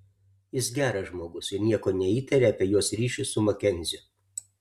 jis geras žmogus ir nieko neįtaria apie jos ryšius su makenziu